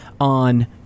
on